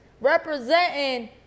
representing